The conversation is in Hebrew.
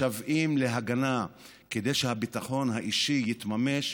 משוועים להגנה כדי שהביטחון האישי יתממש,